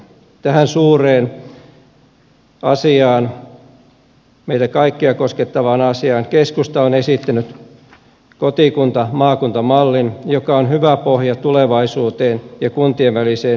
tähän suureen asiaan meitä kaikkia koskettavaan asiaan keskusta on esittänyt kotikuntamaakunta mallin joka on hyvä pohja tulevaisuuteen ja kuntien väliseen yhteistyöhön